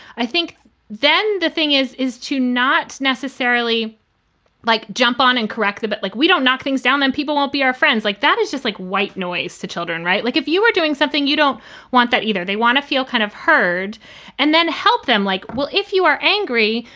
i think then the thing is, is to not necessarily like jump on and correct a bit but like we don't knock things down, then people will be our friends. like that is just like white noise to children. right? like, if you were doing something, you don't want that either. they want to feel kind of heard and then help them like, well, if you are angry,